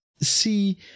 see